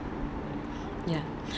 ya